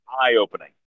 eye-opening